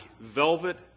velvet